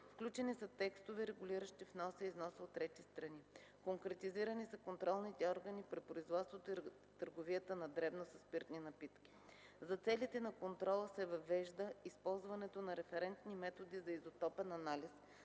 Включени са текстове, регулиращи вноса и износа от трети страни. Конкретизирани са контролните органи при производството и търговията на дребно със спиртни напитки. За целите на контрола се въвежда използването на референтни методи за изотопен анализ,